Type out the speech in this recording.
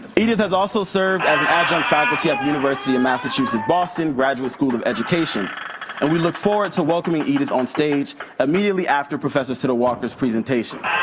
edith has also served as an adjunct faculty at the university of massachusetts, boston graduate school of education and we look forward to welcoming edith onstage immediately after professor siddle walker's presentation.